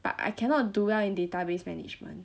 but I cannot do well in database management